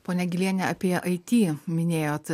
ponia giliene apie ai ty minėjot